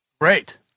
great